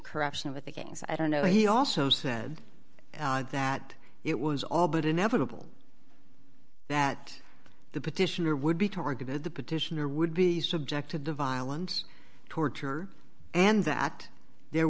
corruption with the gangs i don't know he also said that it was all but inevitable that the petitioner would be targeted the petitioner would be subject to the violence torture and that there